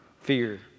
fear